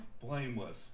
blameless